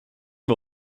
wir